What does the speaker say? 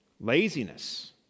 Laziness